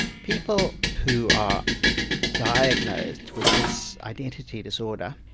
people who are diagnosed with this identity disorder